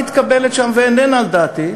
כשמתקבלת שם החלטה והיא איננה על דעתי,